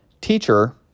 Teacher